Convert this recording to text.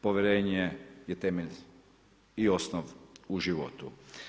Povjerenje je temelj i osnov u životu.